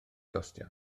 gostio